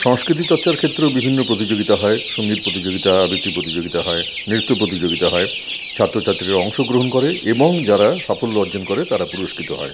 সংস্কৃতি চর্চার ক্ষেত্রেও বিভিন্ন প্রতিযোগিতা হয় সঙ্গীত প্রতিযোগিতা আবৃত্তি প্রতিযোগিতা হয় নৃত্য প্রতিযোগিতা হয় ছাত্রছাত্রীরা অংশগ্রহণ করে এবং যারা সাফল্য অর্জন করে তারা পুরস্কৃত হয়